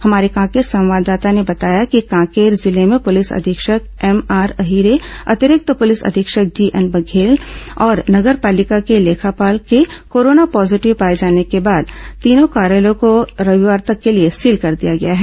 हमारे कांकेर संवाददाता ने बताया कि कांकेर जिले में पुलिस अधीक्षक एमआर अहिरे अतिरिक्त पुलिस अधीक्षक जीएन बघेल और नगर पालिका के लेखापाल के कोर्राना पॉजीटिव पाए जाने पर तीनों कार्यालयों को रविवार तक के लिए सील कर दिया गया है